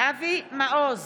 אבי מעוז,